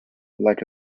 like